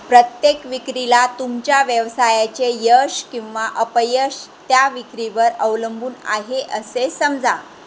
प्रत्येक विक्रीला तुमच्या व्यवसायाचे यश किंवा अपयश त्या विक्रीवर अवलंबून आहे असे समजा